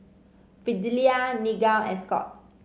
Fidelia Nigel and Scott